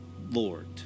Lord